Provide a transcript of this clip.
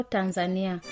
Tanzania